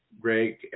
Greg